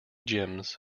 gyms